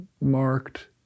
marked